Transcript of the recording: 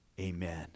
amen